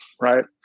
right